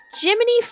Jiminy